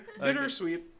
bittersweet